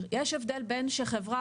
יש הבדל בין חברה,